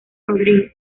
rodríguez